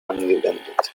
angewendet